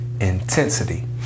intensity